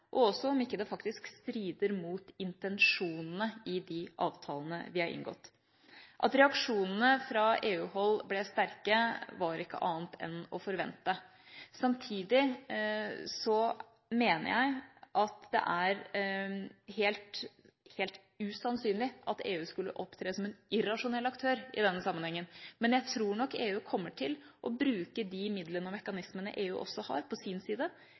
og også om ikke det faktisk strider mot intensjonene i de avtalene vi har inngått. At reaksjonene fra EU-hold ble sterke, var ikke annet enn å forvente. Samtidig mener jeg at det er helt usannsynlig at EU skulle opptre som en irrasjonell aktør i denne sammenhengen. Men jeg tror nok EU kommer til å bruke de midlene og mekanismen EU har på sin side,